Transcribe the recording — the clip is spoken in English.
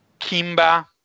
Kimba